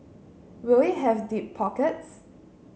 will it have deep pockets